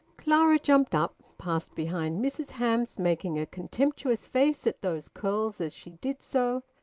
clara jumped up, passed behind mrs hamps, making a contemptuous face at those curls as she did so,